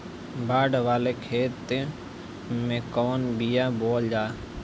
बाड़ वाले खेते मे कवन बिया बोआल जा?